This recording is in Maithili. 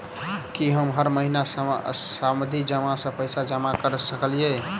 की हम हर महीना सावधि जमा सँ पैसा जमा करऽ सकलिये?